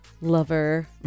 lover